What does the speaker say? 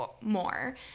more